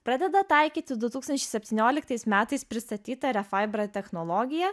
pradeda taikyti du tūkstančiai septynioliktais metais pristatytą refaibra technologiją